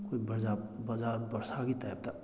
ꯑꯩꯈꯣꯏ ꯕꯖꯥꯔ ꯕꯔꯁꯥꯒꯤ ꯇꯥꯏꯞꯇ